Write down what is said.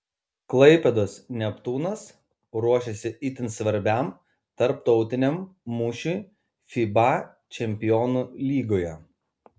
klaipėdos neptūnas ruošiasi itin svarbiam tarptautiniam mūšiui fiba čempionų lygoje